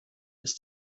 ist